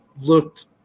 looked